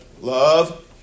Love